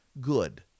Good